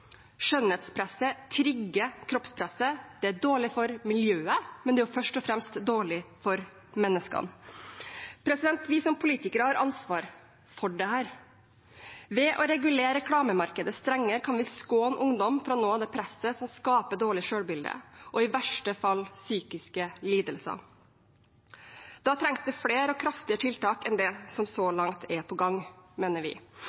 Skjønnhetspresset trigger kroppspresset. Det er dårlig for miljøet, men det er først og fremst dårlig for menneskene. Vi som politikere har ansvar for dette. Ved å regulere reklamemarkedet strengere kan vi skåne ungdom fra å nå det presset som skaper dårlig selvbilde og i verste fall psykiske lidelser. Da trengs det flere og kraftigere tiltak enn det som så langt er på gang, mener vi.